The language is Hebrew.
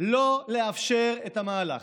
לא לאפשר את המהלך.